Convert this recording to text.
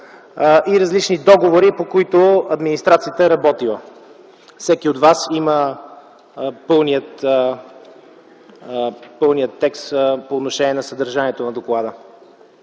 и различни договори, по които администрацията е работила. Всеки от вас има пълния текст по отношение на съдържанието на доклада.